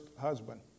husband